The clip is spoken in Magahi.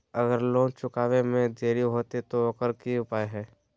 अगर लोन चुकावे में देरी होते तो ओकर की उपाय है?